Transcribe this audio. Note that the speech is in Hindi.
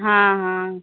हाँ हाँ